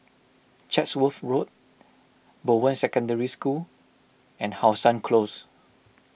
Chatsworth Road Bowen Secondary School and How Sun Close